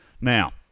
Now